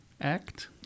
Act